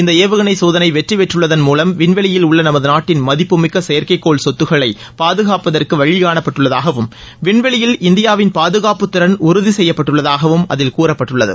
இந்த ஏவுகணை சோதளை வெற்றிபெற்றுள்ளதன் மூலம் விண்வெளியில் உள்ள நமது நாட்டின் மதிப்புமிக்க செயற்கைக்கோள் சொத்துக்களை பாதுகாப்பதற்கு வழி காணப்பட்டுள்ளதாகவும் வின்வெளியில் இந்தியாவின் பாதுகாப்புத்திறன் உறுதி செய்யப்பட்டுள்ளதாகவும் அதில் கூறப்பட்டுள்ளது